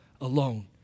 alone